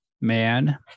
man